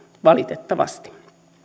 valitettavasti